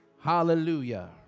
Hallelujah